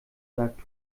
sagt